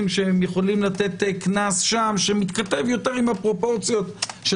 שהם יכולים לתת קנס שם שמתכתב יותר עם הפרופורציות של